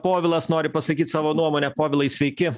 povilas nori pasakyt savo nuomonę povilai sveiki